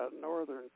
northern